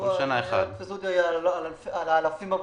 ואל תתפסו אותי על אלפים בודדים.